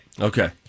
Okay